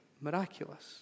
miraculous